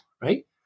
right